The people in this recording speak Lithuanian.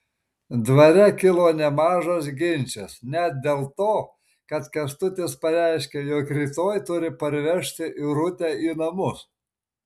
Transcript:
dvare kilo nemažas ginčas net dėl to kad kęstutis pareiškė jog rytoj turi parvežti irutę į namus